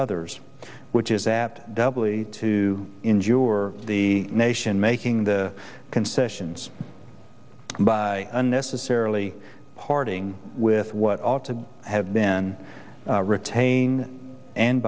others which is apt doubly to endure the nation making the concessions by unnecessarily parting with what ought to have been retaining and